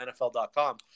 NFL.com